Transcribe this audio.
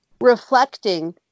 reflecting